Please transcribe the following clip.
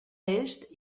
est